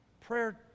prayer